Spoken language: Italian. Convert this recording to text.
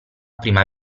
prima